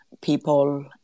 people